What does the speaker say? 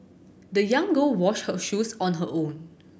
the young girl washed her shoes on her own